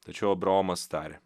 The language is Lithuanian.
tačiau abraomas tarė